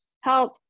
help